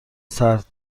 سردتر